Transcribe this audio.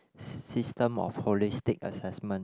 system of holistic assessment